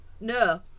No